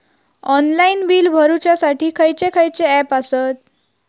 Online bill भरुच्यासाठी खयचे खयचे ऍप आसत?